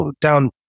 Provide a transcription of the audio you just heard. down